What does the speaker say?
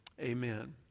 Amen